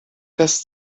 das